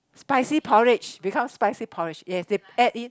spicy porridge becomes spicy porridge yes they add in